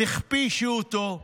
הכפישו אותו,